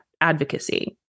advocacy